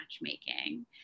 matchmaking